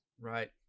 Right